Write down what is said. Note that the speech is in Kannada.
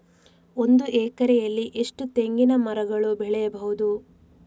ಒಂದು ಎಕರೆಯಲ್ಲಿ ಎಷ್ಟು ತೆಂಗಿನಮರಗಳು ಬೆಳೆಯಬಹುದು?